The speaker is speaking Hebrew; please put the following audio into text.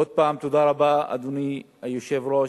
עוד פעם תודה רבה, אדוני היושב-ראש,